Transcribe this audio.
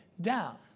down